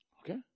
Okay